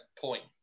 point